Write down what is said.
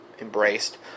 embraced